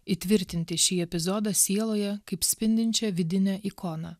įtvirtinti šį epizodą sieloje kaip spindinčią vidinio ikoną